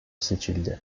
seçildi